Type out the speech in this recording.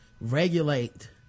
regulate